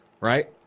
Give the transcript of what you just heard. right